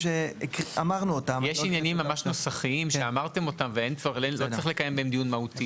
שאומר שנותן שירותי תשלום צריך למסור את התשובה.